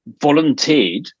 volunteered